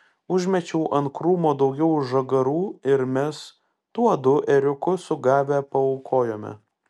užmečiau ant krūmo daugiau žagarų ir mes tuodu ėriuku sugavę paaukojome